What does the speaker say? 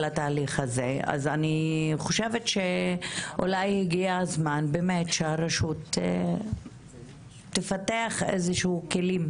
התהליך הזה אז אולי הגיע הזמן שהרשות תפתח כלים.